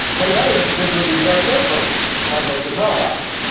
but in other instances it would be very inappropriate, the context does not allow us.